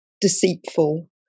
deceitful